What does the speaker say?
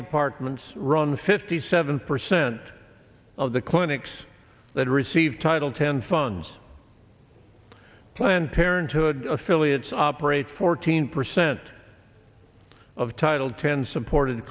departments run fifty seven percent of the clinics that receive title ten funds planned parenthood affiliates operate fourteen percent of title ten supported